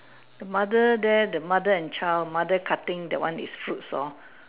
the mother there the mother and child mother cutting that one is fruits hor